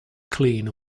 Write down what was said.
clean